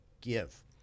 give